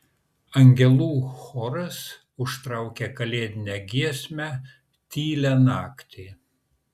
angelų choras užtraukė kalėdinę giesmę tylią naktį